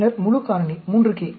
பின்னர் முழு காரணி 3 k